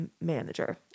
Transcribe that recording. manager